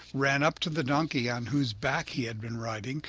ran up to the donkey on whose back he had been riding,